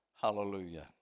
Hallelujah